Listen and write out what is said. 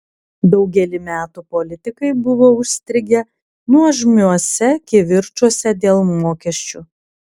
daugelį metų politikai buvo užstrigę nuožmiuose kivirčuose dėl mokesčių